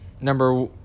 Number